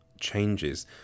changes